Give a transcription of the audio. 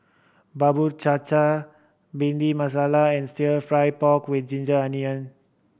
cha cha Bhindi Masala and Stir Fry pork with ginger onion